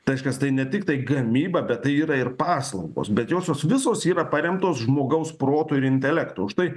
tai reiškias tai ne tiktai gamyba bet yra ir paslaugos bet josios visos yra paremtos žmogaus protu ir intelektu už tai